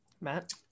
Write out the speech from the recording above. Matt